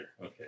okay